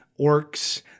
orcs